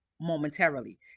momentarily